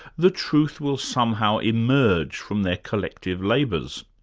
the truth will somehow emerge from their collective labours.